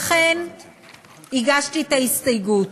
לכן הגשתי את ההסתייגות,